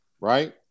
right